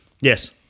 Yes